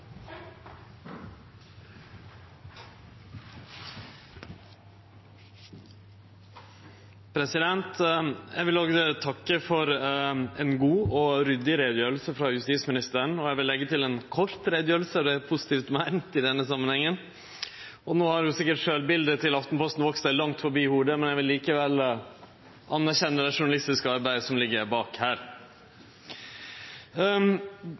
vil òg takke for ei god og ryddig utgreiing frå justisministeren, og – eg vil leggje til – ei kort utgreiing. Det er positivt meint i denne samanhengen. No har jo sikkert sjølvbiletet til Aftenposten vakse seg langt forbi hovudet, men eg vil likevel anerkjenne det journalistiske arbeidet som ligg bak her.